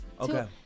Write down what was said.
Okay